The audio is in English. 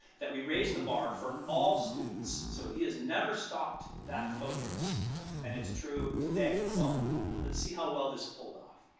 that we raise the bar for all students, so he has never stopped that focus and it's true today. well let's see how well this pulled off.